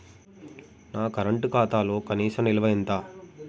నా కరెంట్ ఖాతాలో కనీస నిల్వ ఎంత?